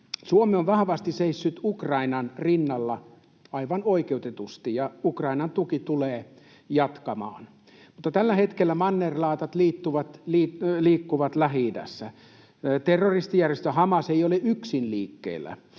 Suomi on vahvasti seissyt Ukrainan rinnalla aivan oikeutetusti, ja Ukrainan tuki tulee jatkumaan. Mutta tällä hetkellä mannerlaatat liikkuvat Lähi-idässä. Terroristijärjestö Hamas ei ole yksin liikkeellä.